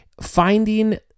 finding